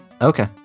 okay